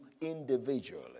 individually